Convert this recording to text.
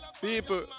People